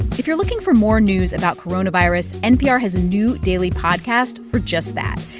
if you're looking for more news about coronavirus, npr has a new daily podcast for just that.